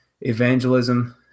evangelism